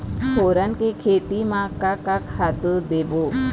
फोरन के खेती म का का खातू देबो?